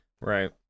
Right